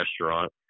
restaurant